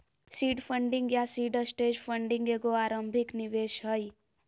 seed funding या seed stage funding एगो आरंभिक निवेश हइ